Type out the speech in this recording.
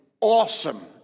Awesome